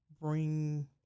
bring